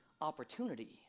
opportunity